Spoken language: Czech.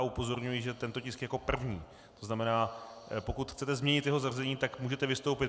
Upozorňuji, že tento tisk je jako první, to znamená, pokud chcete změnit jeho zařazení, můžete vystoupit.